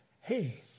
Hey